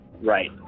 Right